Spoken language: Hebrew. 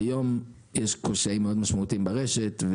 היום יש קשיים מאוד משמעותיים ברשת,